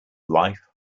life